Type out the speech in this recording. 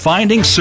Finding